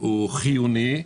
שהוא חיוני,